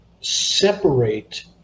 separate